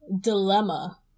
Dilemma